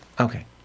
Okay